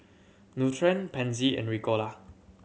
Nutren Pansy and Ricola